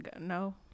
no